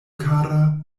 kara